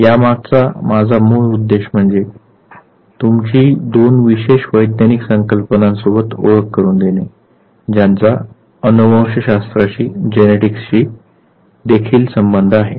या मागचा माझा मूळ उद्देश म्हणजे तुमची दोन विशेष वैज्ञानिक संकल्पनांसोबत ओळख करून देणे ज्यांचा अनुवंशशास्त्राशी देखील संबंध आहे